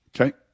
okay